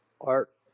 Art